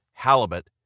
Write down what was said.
halibut